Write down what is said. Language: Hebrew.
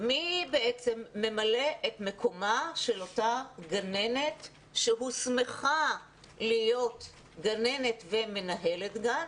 מי בעצם ממלא את מקומה של אותה גננת שהוסמכה להיות גננת ומנהלת גן